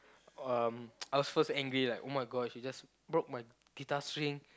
um I was first angry like oh-my-god she just broke my guitar string